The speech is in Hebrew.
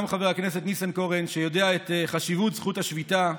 גם חבר הכנסת ניסנקורן יודע את חשיבות זכות השביתה.